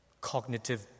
cognitive